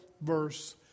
verse